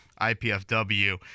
IPFW